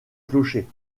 clocher